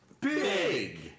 Big